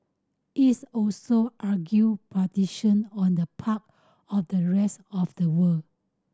is also urged on the part of the rest of the world